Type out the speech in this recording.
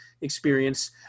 experience